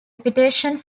reputation